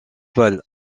pâle